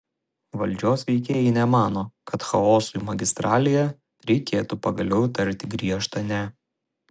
valdžios veikėjai nemano kad chaosui magistralėje reikėtų pagaliau tarti griežtą ne